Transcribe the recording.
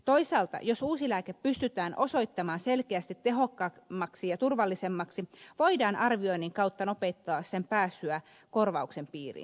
toisaalta jos uusi lääke pystytään osoittamaan selkeästi tehokkaammaksi ja turvallisemmaksi voidaan arvioinnin kautta nopeuttaa sen pääsyä korvauksen piiriin